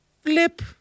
flip